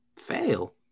fail